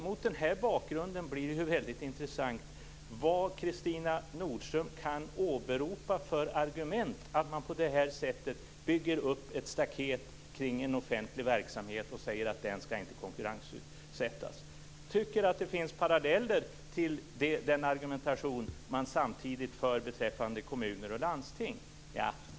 Mot den här bakgrunden blir det intressant vilka argument Kristina Nordström kan åberopa för att man på det här sättet bygger upp ett staket kring en offentlig verksamhet och säger att den inte skall konkurrensutsättas. Jag tycker att det finns paralleller till den argumentation man samtidigt för beträffande kommuner och landsting.